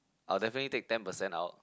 I'll definitely take ten percent out